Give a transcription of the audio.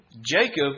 Jacob